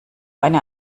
eine